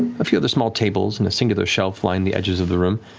a few other small tables and a singular shelf line the edges of the room.